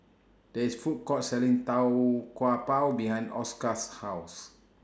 There IS Food Court Selling Tau Kwa Pau behind Oscar's House